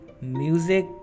music